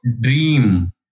dream